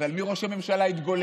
אז על מי ראש הממשלה יתגולל?